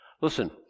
listen